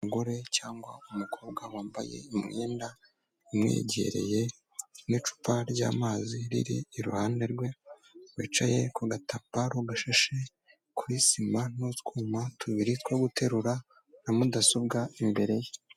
Umugore cyangwa umukobwa wambaye imyenda imwegereye n'icupa ry'amazi riri iruhande rwe, wicaye ku gatambaro gashashe, kuri sima n'utwuma tubiri two guterura na mudasobwa imbere ye.